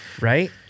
right